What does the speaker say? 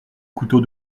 couteau